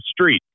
street